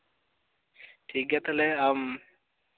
ᱴᱷᱤᱠ ᱜᱮᱭᱟ ᱛᱟᱦᱚᱞᱮ ᱟᱢ